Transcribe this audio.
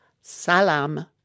Salam